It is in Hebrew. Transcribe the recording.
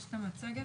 יש המצגת.